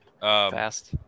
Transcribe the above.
fast